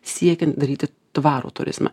siekiant daryti tvarų turizmą